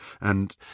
and—